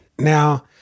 Now